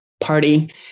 party